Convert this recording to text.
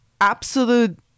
absolute